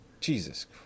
Jesus